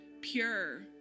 pure